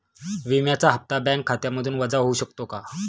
विम्याचा हप्ता बँक खात्यामधून वजा होऊ शकतो का?